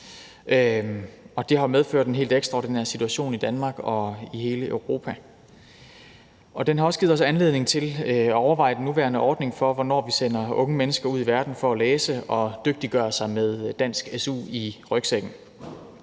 Den har medført en helt ekstraordinær situation i Danmark og i hele Europa, og den har også givet os anledning til at overveje den nuværende ordning for, hvornår vi sender unge mennesker ud i verden for at læse og dygtiggøre sig med dansk su i rygsækken.